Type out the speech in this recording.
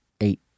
eight